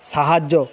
সাহায্য